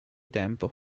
tempo